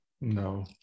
no